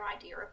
idea